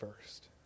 first